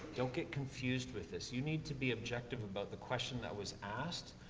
don't get confused with this. you need to be objective about the question that was asked.